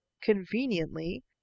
conveniently